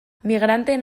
migranteen